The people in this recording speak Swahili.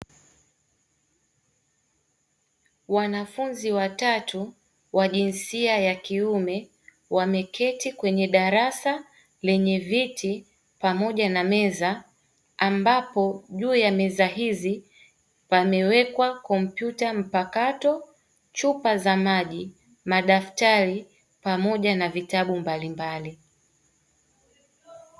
Wanafunzi watatu wa jinsia ya kiume, wameketi kwenye darasa lenye viti pamoja na meza, ambapo juu ya meza hizi pamewekwa kompyuta mpakato, chupa za maji, madaftari pamoja na vitabu mbalimbali.